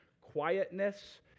quietness